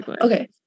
okay